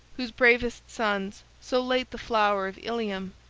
whose bravest sons, so late the flower of ilium,